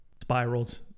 spiraled